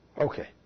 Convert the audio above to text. Okay